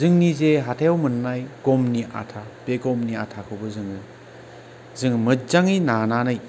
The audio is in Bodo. जोंनि जे हाथायाव मोननाय गमनि आथा बे गमनि आथाखौबो जोङो जों मोजाङै नानानै